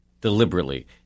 deliberately –